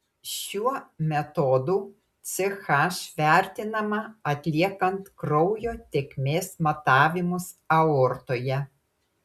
šiuo metodu ch vertinama atliekant kraujo tėkmės matavimus aortoje